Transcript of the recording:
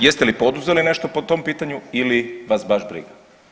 Jeste li poduzeli nešto po tom pitanju ili vas baš briga?